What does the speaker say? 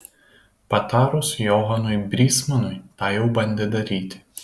patarus johanui brysmanui tą jau bandė daryti